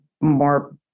more